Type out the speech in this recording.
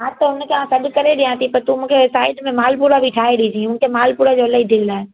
हा त हुनखे आउं सॾि करे ॾियां थी पर तूं मूंखे हे साइड में मालपुड़ा बि ठाहे ॾींदी मूंखे मालपुड़ा जो इलाही दिलि आहे